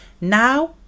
Now